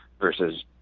versus